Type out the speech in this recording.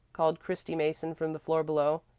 called christy mason from the floor below.